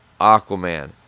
Aquaman